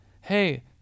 hey